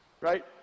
Right